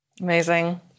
Amazing